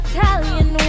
Italian